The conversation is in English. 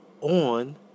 on